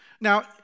Now